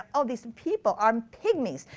all these people, um pygmies.